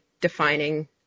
defining